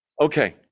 okay